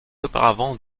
auparavant